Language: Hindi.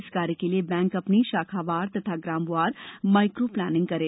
इस कार्य के लिए बैंक अपनी शाखावार तथा ग्रामवार माइक्रो प्लानिंग करें